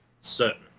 certain